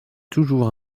toujours